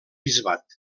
bisbat